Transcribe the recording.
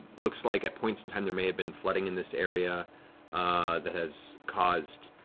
looks like at points in time there may have been flooding in this area that has caused